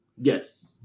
Yes